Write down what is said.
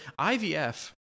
IVF